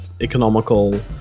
economical